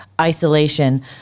isolation